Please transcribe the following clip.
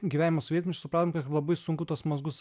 gyvenimą sovietmečiu supratom kad labai sunku tuos mazgus